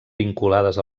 vinculades